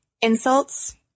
insults